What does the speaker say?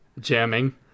jamming